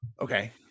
Okay